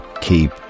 keep